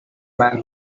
man